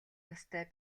настай